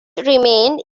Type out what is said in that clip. remained